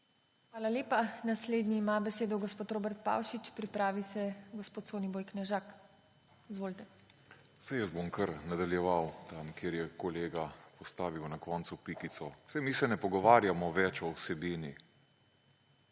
Hvala lepa. Naslednji ima besedo gospod Robert Pavšič, pripravi se gospod Soniboj Knežak. Izvolite. **ROBERT PAVŠIČ (PS LMŠ):** Saj bom kar nadaljeval, kjer je kolega postavil na koncu pikico. Saj mi se ne pogovarjamo več o vsebini.